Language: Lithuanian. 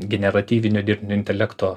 generatyvinio dirbtinio intelekto